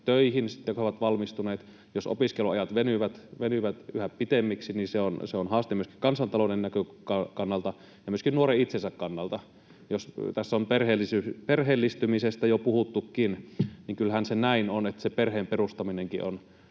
sitten, kun he ovat valmistuneet. Jos opiskeluajat venyvät yhä pitemmiksi, niin se on haaste kansantalouden näkökannalta ja myöskin nuoren itsensä kannalta. Tässä on perheellistymisestä jo puhuttukin, ja kyllähän se näin on, että se perheen perustaminenkin on